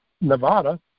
Nevada